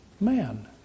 man